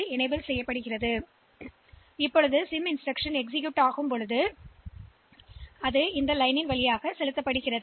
இ பிட்டை இயக்கலாம் பின்னர் சிம் இன்ஸ்டிரக்ஷன் இயக்கலாம் இதனால் சொல்லப்பட்ட பிட் இந்த வரி வழியாக அனுப்பப்படும்